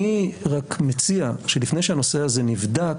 אני רק מציע שלפני שהנושא הזה נבדק,